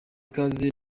ikaze